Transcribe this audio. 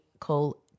call